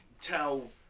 tell